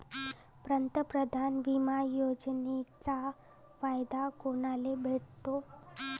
पंतप्रधान बिमा योजनेचा फायदा कुनाले भेटतो?